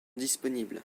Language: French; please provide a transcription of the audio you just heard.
disponibles